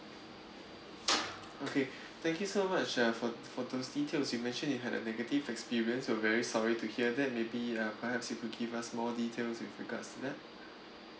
okay thank you so much uh for for those details you mentioned you had a negative experience we're very sorry to hear that maybe uh perhaps you could give us more details with regards to that